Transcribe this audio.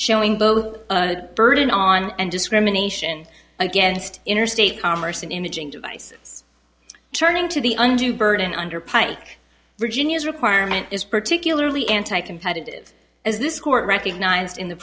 showing both a burden on and discrimination against interstate commerce in imaging devices turning to the undue burden under pike virginia's requirement is particularly anti competitive as this court recognized in the